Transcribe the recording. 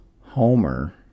Homer